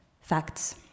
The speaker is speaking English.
Facts